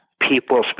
people